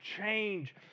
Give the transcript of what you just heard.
change